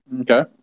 Okay